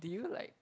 do you like